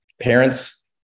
Parents